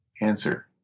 answer